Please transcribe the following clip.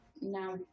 now